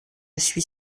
suis